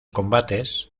combates